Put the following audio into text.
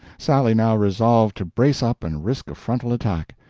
sally now resolved to brace up and risk a frontal attack.